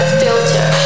filter